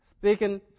speaking